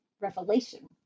Revelation